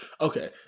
Okay